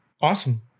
Awesome